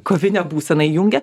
kovinę būseną įjungia